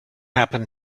happen